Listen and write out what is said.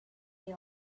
they